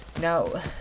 Now